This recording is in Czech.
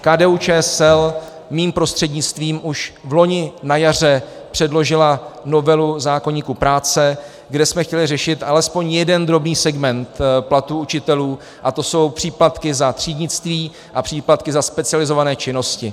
KDUČSL mým prostřednictvím už vloni na jaře předložila novelu zákoníku práce, kde jsme chtěli řešit alespoň jeden drobný segment platů učitelů, a to jsou příplatky za třídnictví a příplatky za specializované činnosti.